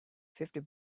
fifty